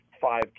five